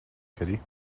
kitty